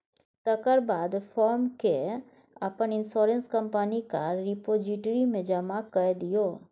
तकर बाद फार्म केँ अपन इंश्योरेंस कंपनीक रिपोजिटरी मे जमा कए दियौ